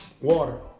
Water